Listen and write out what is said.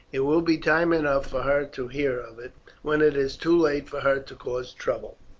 it will be time enough for her to hear of it when it is too late for her to cause trouble.